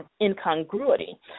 incongruity